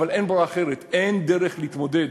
אבל אין ברירה אחרת, אין דרך להתמודד.